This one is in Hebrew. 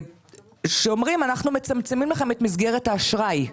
ואומרים שהם מצמצמים לכם את מסגרת האשראי.